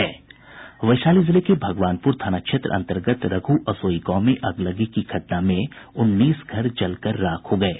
वैशाली जिले के भगवानपुर थाना क्षेत्र अंतर्गत रघ्रअसोई गांव में अगलगी की घटना में उन्नीस घर जलकर राख हो गये